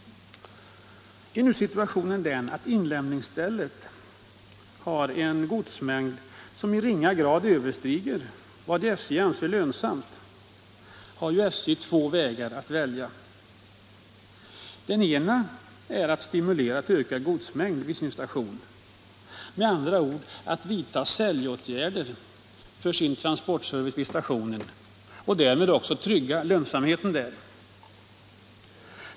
Är nu situationen den att inlämningsstället har en godsmängd som i ringa grad överstiger vad SJ anser lönsamt har SJ två vägar att välja emellan. Den ena är att stimulera till ökad godsmängd vid stationen, med andra ord att vidta säljåtgärder för transportservicen vid stationen och därmed också trygga lönsamheten där.